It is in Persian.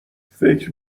فکر